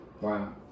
Wow